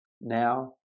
now